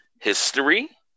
history